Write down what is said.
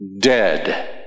Dead